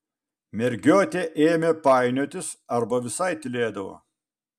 mergiotė ėmė painiotis arba visai tylėdavo